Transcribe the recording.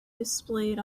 displayed